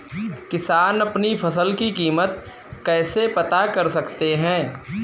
किसान अपनी फसल की कीमत कैसे पता कर सकते हैं?